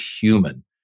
human